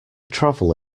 travel